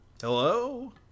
Hello